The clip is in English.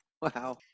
Wow